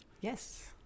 Yes